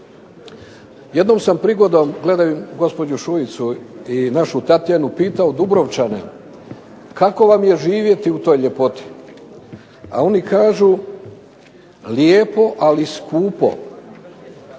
Jednom sam prigodom, gledam gospođu Šuicu i našu Tatjanu pitao Dubrovčane kako vam je živjeti u toj ljepoti, a oni kažu lijepo ali skupo.